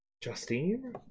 Justine